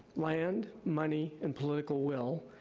land, money, and political will,